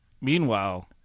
Meanwhile